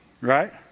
Right